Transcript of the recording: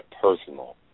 personal